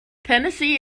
tennessee